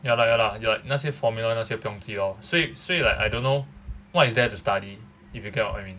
ya lah ya lah ya 那些 formula 那些不用记 lor 所以所以 like I don't know what is there to study if you get what I mean